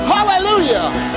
Hallelujah